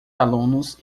alunos